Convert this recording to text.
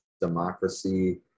democracy